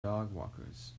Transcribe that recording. dogwalkers